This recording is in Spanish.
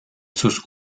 sus